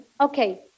okay